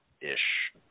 ish